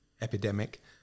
epidemic